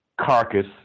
carcass